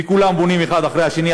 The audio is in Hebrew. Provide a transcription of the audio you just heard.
וכולם בונים האחד אחרי השני.